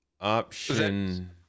option